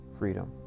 freedom